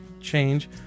change